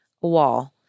wall